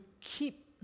keep